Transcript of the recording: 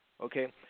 Okay